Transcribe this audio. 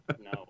No